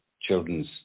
children's